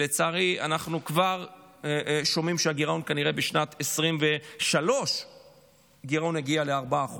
לצערי אנחנו כבר שומעים שכנראה שבשנת 2023 הגירעון יגיע ל-4%,